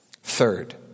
Third